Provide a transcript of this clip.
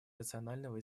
рационального